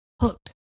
hooked